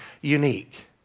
unique